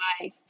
life